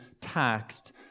taxed